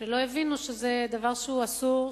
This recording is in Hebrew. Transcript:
שלא הבינו שזה דבר שהוא אסור,